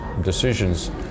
decisions